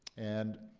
and